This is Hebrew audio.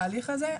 בהליך הזה.